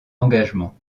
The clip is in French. engagement